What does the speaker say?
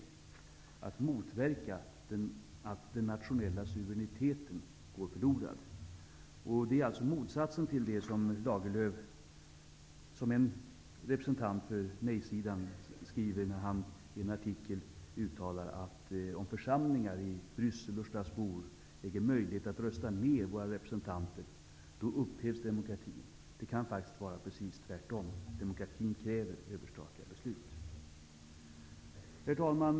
De skall motverka att den nationella suveräniteten går förlorad. Det är alltså motsatsen till det som Lagerlöf, som en representant för nejsidan, skriver i en artikel där han uttalar att om församlingar i Bryssel och Strasbourg äger möjlighet att rösta ner våra representanter upphävs demokratin. Det kan faktiskt vara precis tvärtom. Demokratin kräver överstatliga beslut. Herr talman!